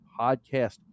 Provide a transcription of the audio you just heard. podcast